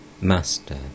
Master